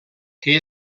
que